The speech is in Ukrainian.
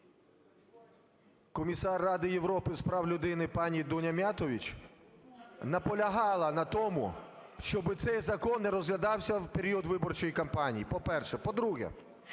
Комісар Ради Європи з прав людини пані Дуня Міятович наполягала на тому, щоб цей закон не розглядався в період виборчої кампанії, по-перше. По-друге,